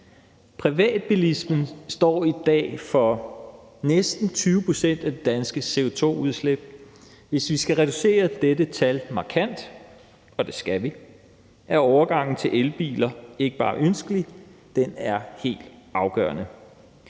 Privatbilismen står i dag for næsten 20 pct. af det danske CO2-udslip. Hvis vi skal reducere dette tal markant, og det skal vi, er overgangen til elbiler ikke bare ønskelig, den er helt afgørende.